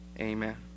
amen